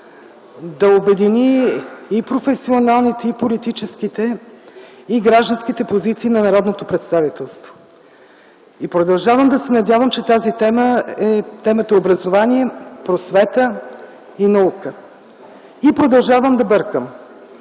да обедини и професионалните, и политическите, и гражданските позиции на народното представителство. Продължавам да се надявам, че тази тема е темата „Образование, просвета и наука”. И продължавам да бъркам!